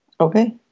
Okay